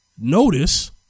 notice